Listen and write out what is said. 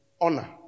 Honor